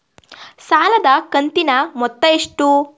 ಸಾಲದ ಕಂತಿನ ಮೊತ್ತ ಎಷ್ಟು?